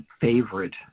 favorite